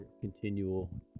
continual